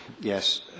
Yes